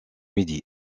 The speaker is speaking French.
midi